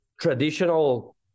traditional